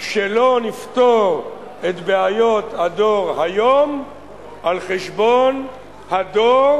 שלא נפתור את בעיות הדור היום על חשבון הדור